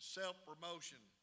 self-promotion